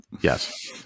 Yes